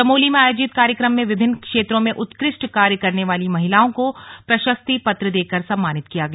चमोली में आयोजित कार्यक्रम में विभिन्न क्षेत्रों में उत्कृष्ट कार्य करने वाली महिलाओं को प्रशस्ति पत्र देकर सम्मानित किया गया